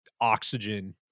oxygen